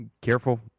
careful